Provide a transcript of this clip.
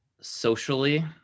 socially